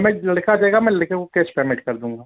payment जो लिखा आ जाएगा मैं ले कर वो कैश पेमेंट कर दूँगा